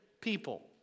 people